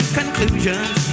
conclusions